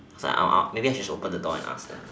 it's like oh oh maybe I should just open the door and ask them